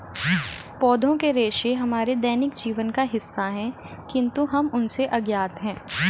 पौधों के रेशे हमारे दैनिक जीवन का हिस्सा है, किंतु हम उनसे अज्ञात हैं